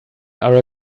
are